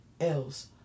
else